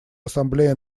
ассамблея